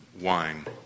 wine